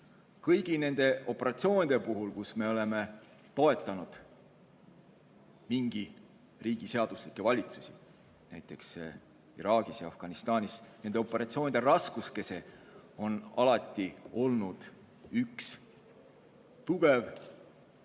Kõigi nende operatsioonide puhul, kus me oleme toetanud mingi riigi seaduslikke valitsusi, näiteks Iraagis ja Afganistanis, on raskuskese alati olnud üks tugev